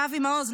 לאבי מעוז,